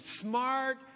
smart